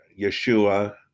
Yeshua